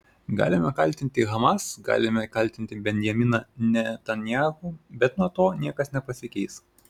galime kaltinti hamas galime kaltinti benjaminą netanyahu bet nuo to niekas nepasikeis